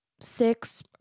six